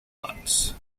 lots